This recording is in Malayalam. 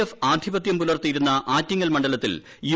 എഫ് ആധിപത്യം പുലർത്തിയിട്ടിരുന്ന് ആറ്റിങ്ങൽ മണ്ഡലത്തിൽ യു